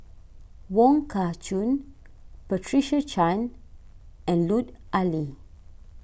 Wong Kah Chun Patricia Chan and Lut Ali